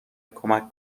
کمک